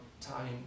time